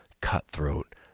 cutthroat